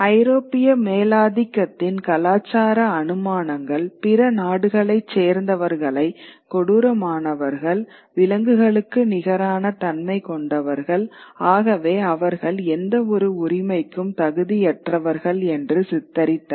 ஐரோப்பிய மேலாதிக்கத்தின் கலாச்சார அனுமானங்கள் பிற நாடுகளைச் சேர்ந்தவர்களை கொடூரமானவர்கள் விலங்குகளுக்கு நிகரான தன்மை கொண்டவர்கள் ஆகவே அவர்கள் எந்த ஒரு உரிமைக்கும் தகுதியற்றவர்கள்என்று சித்தரித்தன